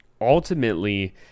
ultimately